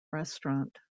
restaurant